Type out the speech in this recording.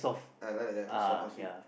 uh right right soft one sweet